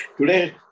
today